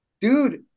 Dude